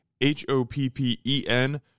H-O-P-P-E-N